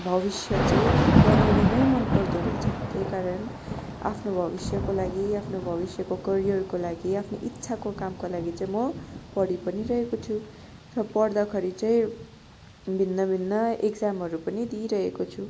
भविष्य चाहिँ बनाउनु नै मन पर्दो रहेछ त्यही कारण आफ्नो भविष्यको लागि आफ्नो भविष्यको करियरको लागि आफ्नो इच्छाको कामको लागि चाहिँ म पढि पनि रहेको छु र पढ्दाखेरि चाहिँ भिन्न भिन्न इक्जामहरू पनि दिइरहेको छु